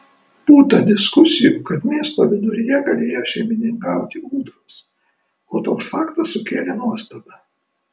būta diskusijų kad miesto viduryje galėjo šeimininkauti ūdros o toks faktas sukėlė nuostabą